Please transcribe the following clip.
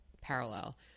Parallel